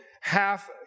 half